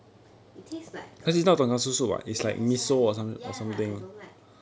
it tastes like the ya that's why ya I don't like